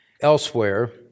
elsewhere